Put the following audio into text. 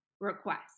request